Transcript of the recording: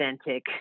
authentic